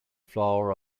flour